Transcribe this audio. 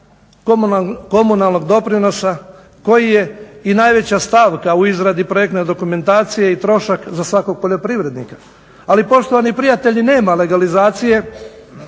komunalnog doprinosa koji je i najveća stavka u izradi projektne dokumentacije i trošak za svakog poljoprivrednika. Ali poštovani prijatelji nema legalizacije